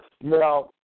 now